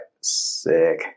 sick